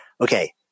okay